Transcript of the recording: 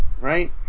Right